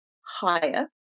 higher